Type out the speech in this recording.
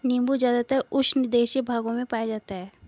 नीबू ज़्यादातर उष्णदेशीय भागों में पाया जाता है